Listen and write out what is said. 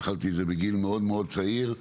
התחלתי את זה בגיל מאוד מאוד צעיר.